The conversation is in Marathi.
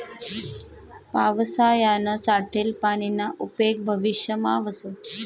पावसायानं साठेल पानीना उपेग भविष्यमा व्हस